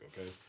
Okay